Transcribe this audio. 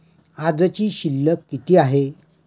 आजची शिल्लक किती आहे?